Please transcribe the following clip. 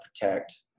protect